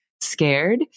scared